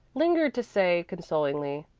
lingered to say consolingly,